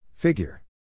Figure